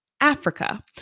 Africa